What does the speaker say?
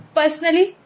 personally